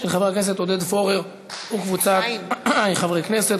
של חבר הכנסת עודד פורר וקבוצת חברי הכנסת.